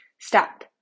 stop